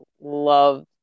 love